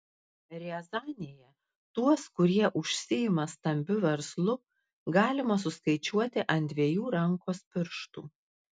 riazanėje tuos kurie užsiima stambiu verslu galima suskaičiuoti ant dviejų rankos pirštų